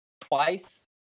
twice